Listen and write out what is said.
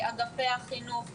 אגפי החינוך.